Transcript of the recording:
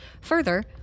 Further